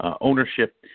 ownership